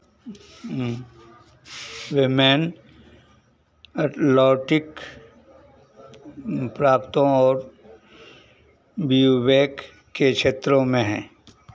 women Atlantic प्राप्तों और Quebec के क्षेत्रों में हैं